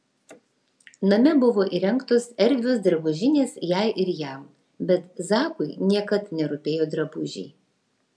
name buvo įrengtos erdvios drabužinės jai ir jam bet zakui niekad nerūpėjo drabužiai